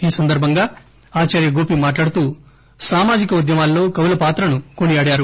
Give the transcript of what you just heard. ఈ సందర్బంగా ఆచార్య గోపి మాట్లాడుతూ సామాజిక ఉద్యమాల్లో కవుల పాత్రను కొనియాడారు